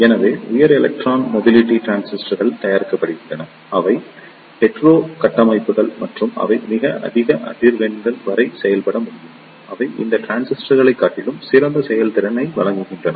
எனவே உயர் electron mobility டிரான்சிஸ்டர்கள் தயாரிக்கப்படுகின்றன அவை ஹீட்டோரோ கட்டமைப்புகள் மற்றும் அவை மிக அதிக அதிர்வெண்கள் வரை செயல்பட முடியும் அவை இந்த டிரான்சிஸ்டர்களைக் காட்டிலும் சிறந்த செயல்திறனை வழங்குகின்றன